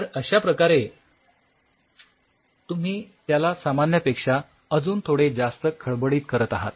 तर अश्या प्रकारे तुम्ही त्याला सामान्यापेक्षा अजून थोडे जास्त खडबडीत करत आहात